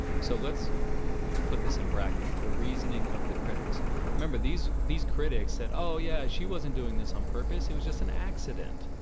so let's put this in brackets the reasoning of the critics remember these these critics said oh, yeah, she wasn't doing this on purpose it was just an accident